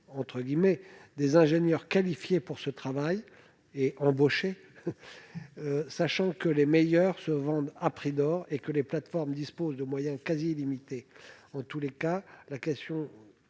des ingénieurs qualifiés pour ce travail, sachant que les meilleurs d'entre eux se vendent à prix d'or et que les plateformes disposent de moyens quasi illimités. Dans tous les cas, la question